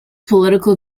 political